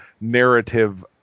narrative